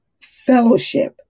fellowship